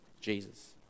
Jesus